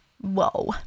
Whoa